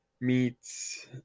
meats